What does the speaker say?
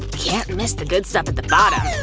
can't miss the good stuff at the bottom.